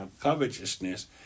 covetousness